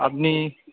আপনি